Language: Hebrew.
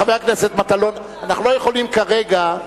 חבר הכנסת מטלון, אנחנו לא יכולים כרגע.